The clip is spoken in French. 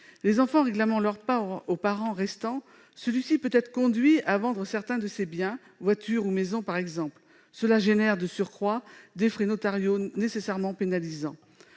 les enfants réclament leur part au parent restant, celui-ci peut être conduit à vendre certains de ses biens- voiture ou maison. Cela entraîne de surcroît des frais notariaux nécessairement pénalisants.